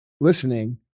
listening